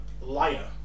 liar